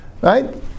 Right